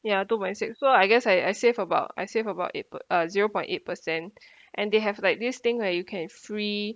ya two point six so I guess I I saved about I saved about eight po~ uh zero point eight percent and they have like this thing like you can free